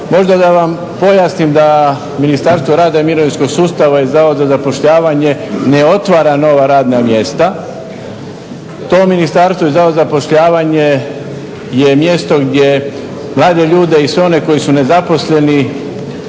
Možda da vam pojasnim da Ministarstvo rada i mirovinskog sustava i Zavod za zapošljavanje ne otvara nova radna mjesta. To ministarstvo i Zavod za zapošljavanje je mjesto gdje mlade ljude i sve one koji su nezaposleni